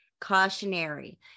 cautionary